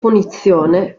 punizione